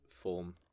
form